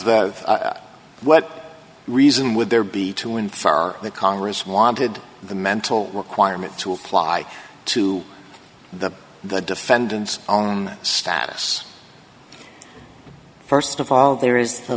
that what reason would there be to in far the congress wanted the mental requirement to apply to the the defendant's own status first of all there is